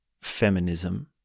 feminism